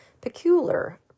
peculiar